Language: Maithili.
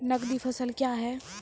नगदी फसल क्या हैं?